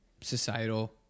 societal